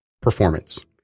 performance